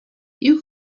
you